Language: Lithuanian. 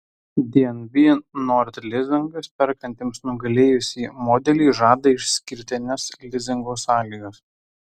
dnb nord lizingas perkantiems nugalėjusį modelį žada išskirtines lizingo sąlygas